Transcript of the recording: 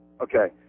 Okay